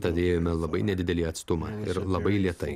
tad ėjome labai nedidelį atstumą ir labai lėtai